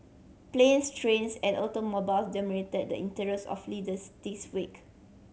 planes trains and automobile dominated the interest of readers this week